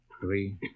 Three